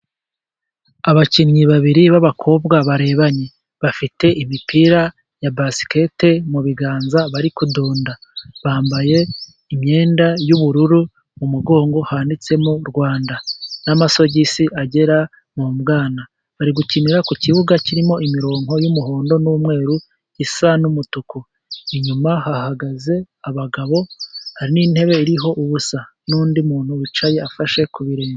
Abakinnyi babiri b'abakobwa barebanye, bafite imipira ya basiketiboro mu biganza, bari kudunda, bambaye imyenda y'ubururu, mu mugongo handitsemo Rwanda, n'amasogisi agera mu bwana, bari gukinira ku kibuga kirimo imirongo y'umuhondo n'umweru, isa n'umutuku, inyuma hahagaze abagabo, hari n'intebe iriho ubusa, n'undi muntu wicaye afashe ku birenge.